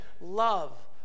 love